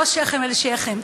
לא שכם אל שכם,